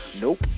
Nope